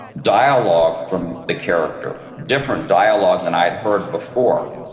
dialogue from the character, different dialogue than i had heard before.